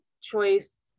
choice